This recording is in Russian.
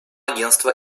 агентство